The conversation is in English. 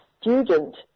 student